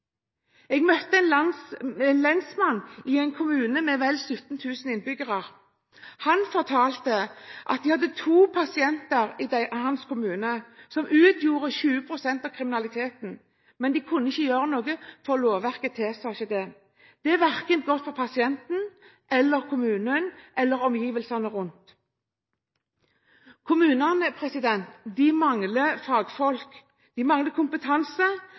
Jeg møtte en lensmann i en kommune med vel 17 000 innbyggere. Han fortalte at de hadde to pasienter i hans kommune, som for dem stod for 20 pst. av kriminaliteten, men de kunne ikke gjøre noe, for lovverket tilsa ikke det. Det er verken godt for pasienten, kommunen eller omgivelsene rundt. Kommunene mangler fagfolk. De mangler kompetanse.